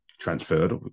transferred